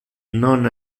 non